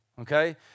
okay